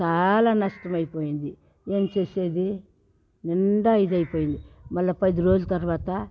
చాలా నష్టమైపోయింది ఏం చేసేది నిండా ఇదైపోయింది మళ్ళా పది రోజుల తర్వాత